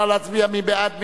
נא להצביע, מי בעד?